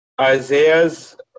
Isaiah's